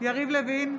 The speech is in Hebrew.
יריב לוין,